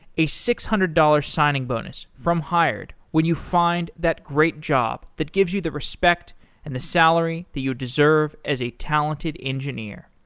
a six hundred dollars signing bonus from hired when you find that great job that gives you the respect and the salary that you deserve as a talented engineer.